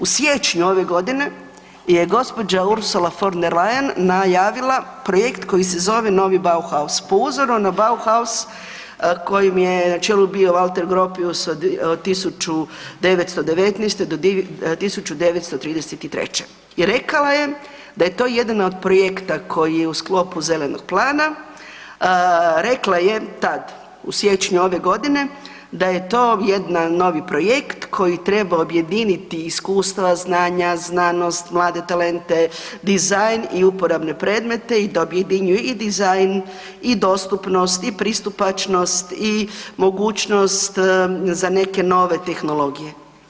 U siječnju ove godine je gđa. Ursula von der Leyen najavila projekt koji se zove „Novi Bauhaus“ po uzoru na Bauhaus kojim je na čelu bio Walter Gropius od 1919. do 1933. i rekla je da je to jedan od projekta koji je u sklopu Zelenog plana, rekla je tad, u siječnju ove godine, da je to jedna novi projekt koji treba objediniti iskustva, znanja, znanost, mlade talente, dizajn i uporabne predmete i da objedinjuju i dizajn i dostupnost i pristupačnost i mogućnost za neke nove tehnologije.